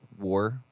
war